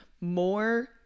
more